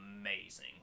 amazing